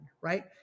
right